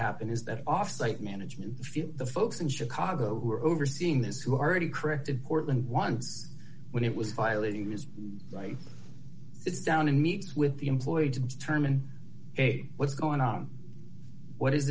happen is that offsite management feel the folks in chicago who are overseeing this who are already corrected portland once when it was violating is right it's down to meet with the employee to determine what's going on what is